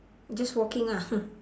just walking ah